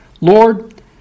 Lord